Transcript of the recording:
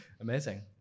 Amazing